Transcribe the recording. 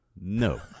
No